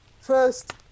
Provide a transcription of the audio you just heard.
first